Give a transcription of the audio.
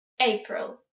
April